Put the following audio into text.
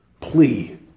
plea